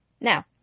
Now